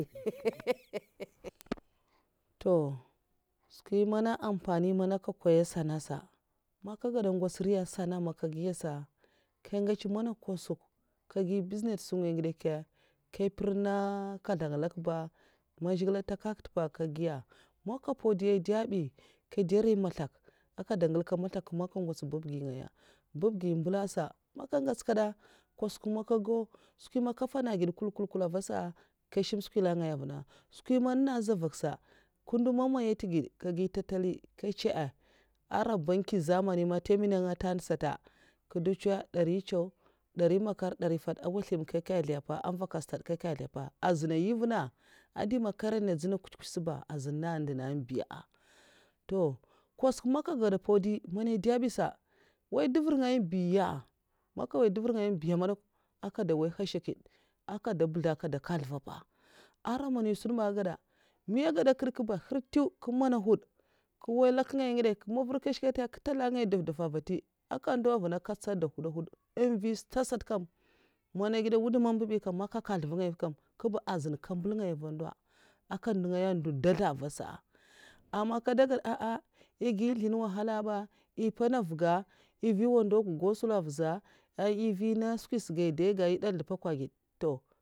skwi mana ampani mana nkè nkoya sana ah'sa man nkè gada ngwots nriya sana a man nga ngiya sa nga ngèyts mana nkwasik nga nkègi businèt skwin ngèy ngidè nkèy nkya nkè mprèhna nkèzlèn ngidè nlèk ba man zhigilè ntèkhayhak ntè pa kè giya man nkè mpawadèi ada bi nkè dè nri mèzlèk ngandèi ngèlkad maslak man nga ngwots babgi ngaya, babgi mbalsa man nkè ngèyts kada nkwasik man nkè gau skwi man nkè nfana gèd nkwul nkwul nkwula avasa nkè shium skwi nlèk ngaya avunna skwi man nènga zhè mvaksa nkè ndo man maya ntè gèd sa nkè gi ntantali nkèchè a aran banki zamanisa man ntè mwunnè nga ntè ntè sata kdawcha dari ncèw dari makar dari fadh mwuzlèm nka nkèzla npa nvakya stad nkè nkèzla npa nvakyè ncèw nkè nkèzla npa azinna nyi nva andima nkarènandzènna nkwashkyèt ba azuna ndinna nbiya a toh nkwasik man nkè gada mpau dèi ndè mbi sa, nwoy duvrah ngaya mbiya man nga nwoya duvarh ngaya sa nkè da nwoya nhashèkèd mbiya nkada mbèlzla a aka ndè ngètha nva mpa aran man èsunbiya ngada miya ngada nkèɗ nkè mba nkè mana hwudè nhartèw nwa nga nwoy nlèn ngai ngidènkyakè mvarh nkèshkat nkè ntèn nlèk ngaya nduv; duva mvati kè ndau mvana nkè ntsad dè nhwud nhuwda mvistad sata nkam mana ènh ngidè nwudam mbabi kabinkam nkèba azunn nkè mbèlla mvangaya nvu ndo nkè ndughaya ndon ndazla a mvasa aman nkadagèd ah ah ègi nnzlin wahala ba èhnmpèna mvuga mfyi nwando nga goslow mviziyan nkè mvi nan skwisa ga mpwèka ndzl dè gèd,